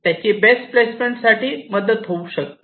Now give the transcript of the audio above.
त्याची best placement साठी मदत होऊ शकते